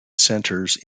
centers